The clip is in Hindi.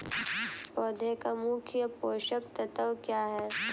पौधे का मुख्य पोषक तत्व क्या हैं?